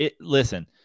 Listen